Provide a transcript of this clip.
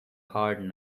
hard